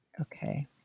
Okay